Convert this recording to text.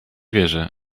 wierzę